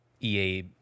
EA